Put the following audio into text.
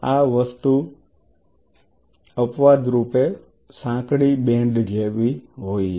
આ વસ્તુ અપવાદરૂપે સાંકડી બેન્ડ હોવી જોઈએ